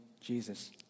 Jesus